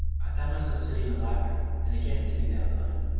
i found myself sitting in the library, and again sitting there alone.